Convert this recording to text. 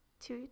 two